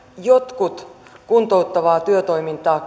jotkut kuntouttavaa työtoimintaa